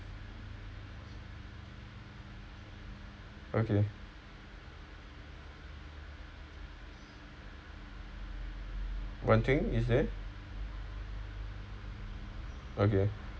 okay wan ting is there okay